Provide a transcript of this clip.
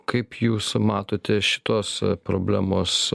kaip jūs matote šitos problemos